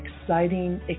exciting